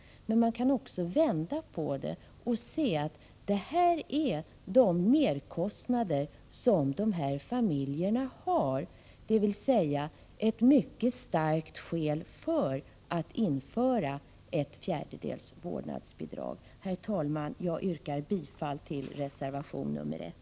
Men man kan också vända på saken och se att detta är de merkostnader som dessa familjer har, vilket är ett mycket starkt skäl för att införa ett fjärdedels vårdbidrag. Herr talman! Jag yrkar bifall till reservation nr 1.